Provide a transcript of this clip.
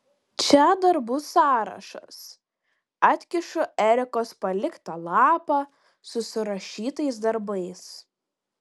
čia darbų sąrašas atkišu erikos paliktą lapą su surašytais darbais